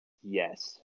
Yes